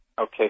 Okay